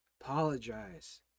Apologize